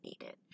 needed